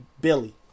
Billy